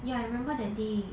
ya I remember that day